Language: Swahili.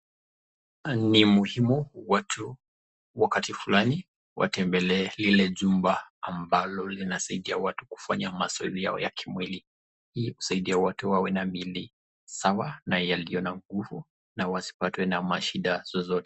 Ni muhimu watu wakati fulani watembelee lile jumba ambalo linasaidia watu kufanya muscle yao ya kimwili ili kusaidia watu wawe na miili sawa na iliyo na nguvu na wasipatwe na mashida zozote.